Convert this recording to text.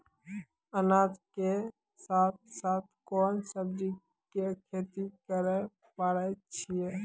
अनाज के साथ साथ कोंन सब्जी के खेती करे पारे छियै?